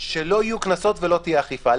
שלא יהיו קנסות ולא תהיה אכיפה.